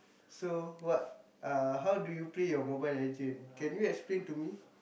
so what uh how do you play your Mobile-Legend can you explain to me